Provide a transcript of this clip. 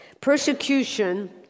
Persecution